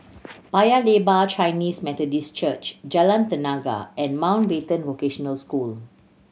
Paya Lebar Chinese Methodist Church Jalan Tenaga and Mountbatten Vocational School